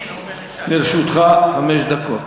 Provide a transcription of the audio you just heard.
לרשותך חמש דקות.